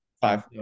Five